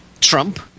Trump